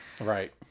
right